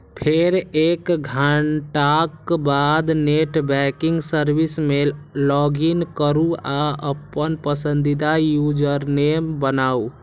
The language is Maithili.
फेर एक घंटाक बाद नेट बैंकिंग सर्विस मे लॉगइन करू आ अपन पसंदीदा यूजरनेम बनाउ